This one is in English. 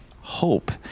hope